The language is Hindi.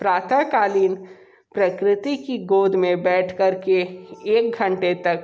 प्रातः कालीन प्रकृति की गोद में बैठ कर के एक घंटे तक